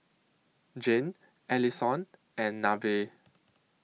Zhane Allisson and Nevaeh